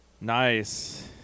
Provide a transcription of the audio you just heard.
nice